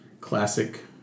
classic